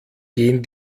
gehen